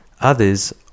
Others